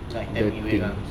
like ten minute wait lah